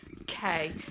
Okay